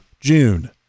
June